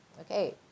okay